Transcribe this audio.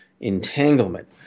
entanglement